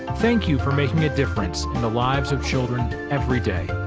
thank you for making a difference in the lives of children every day.